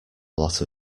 lot